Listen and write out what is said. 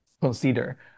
consider